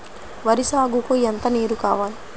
వరి సాగుకు ఎంత నీరు కావాలి?